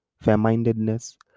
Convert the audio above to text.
fair-mindedness